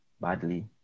badly